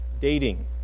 Dating